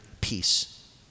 peace